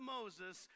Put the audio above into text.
Moses